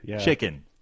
Chicken